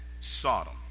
Sodom